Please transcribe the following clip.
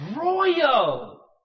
royal